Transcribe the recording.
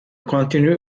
continue